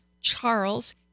Charles